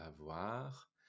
avoir